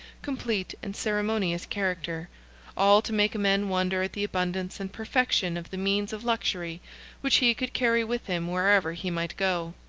complete, and ceremonious character all to make men wonder at the abundance and perfection of the means of luxury which he could carry with him wherever he might go.